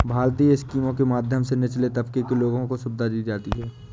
भारतीय स्कीमों के माध्यम से निचले तबके के लोगों को सुविधा दी जाती है